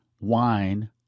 wine